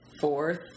fourth